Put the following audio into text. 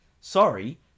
sorry